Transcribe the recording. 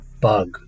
bug